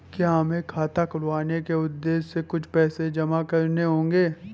क्या हमें खाता खुलवाने के उद्देश्य से कुछ पैसे जमा करने होंगे?